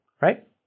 Right